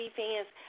fans